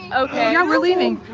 okay, yeah, we're leaving.